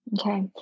Okay